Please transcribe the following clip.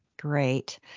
Great